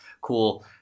cool